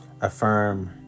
affirm